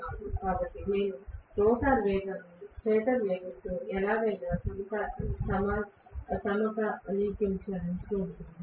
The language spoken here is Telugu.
కాబట్టి నేను రోటర్ వేగాన్ని స్టేటర్ వేగంతో ఎలాగైనా సమకాలీకరించాల్సి ఉంటుంది